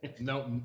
No